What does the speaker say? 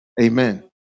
Amen